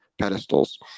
pedestals